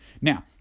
Now